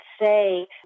say